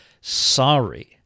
sorry